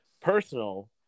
personal